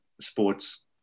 sports